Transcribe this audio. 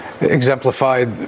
exemplified